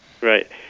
Right